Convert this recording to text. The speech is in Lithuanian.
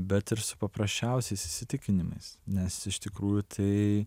bet ir su paprasčiausiais įsitikinimais nes iš tikrųjų tai